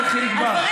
פופוליסטית זולה.